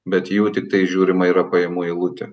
bet jų tiktai žiūrima yra pajamų eilutė